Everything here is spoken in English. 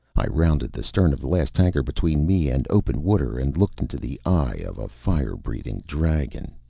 i rounded the stern of the last tanker between me and open water, and looked into the eye of a fire-breathing dragon.